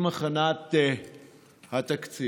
עם הכנת התקציב.